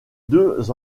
deux